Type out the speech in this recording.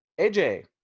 AJ